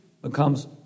becomes